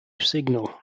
signal